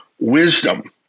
wisdom